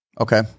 Okay